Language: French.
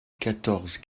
quatorze